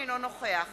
אינו נוכח